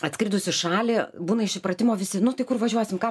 atskridus į šalį būna iš įpratimo visi nu tai kur važiuosim ką